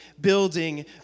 building